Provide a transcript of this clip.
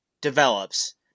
develops